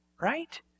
Right